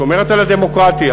שומרת על הדמוקרטיה,